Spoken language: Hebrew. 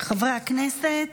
חברי הכנסת,